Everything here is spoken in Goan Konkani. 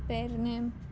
पेरनेम